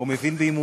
או מבין בהימורים,